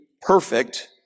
perfect